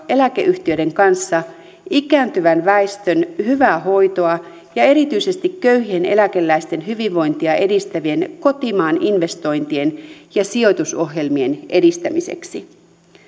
eläkeyhtiöiden kanssa ikääntyvän väestön hyvää hoitoa ja erityisesti köyhien eläkeläisten hyvinvointia edistävien kotimaan investointien ja sijoitusohjelmien edistämiseksi